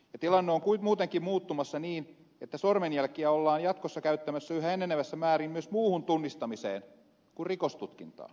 tilanne on muutenkin muuttumassa niin että sormenjälkiä ollaan jatkossa käyttämässä yhä enenevässä määrin myös muuhun tunnistamiseen kuin rikostutkintaan